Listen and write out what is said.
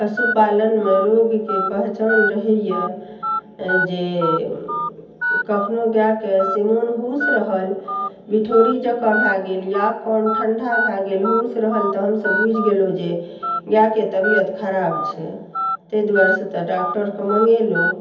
पशुपालनमऽ रोगके पहचान रहयए जे कखनो गाएके से मोन हुस रहल बिठौरी जेकाँ भए गेल या कान ठण्डा भए गेल हुस रहल तऽ हमसभ बुझि गेलहुँ जे गैके तबियत खराब छै तै दुआरेसँ तऽ डाक्टरकऽ मँगेलहुँ